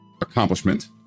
accomplishment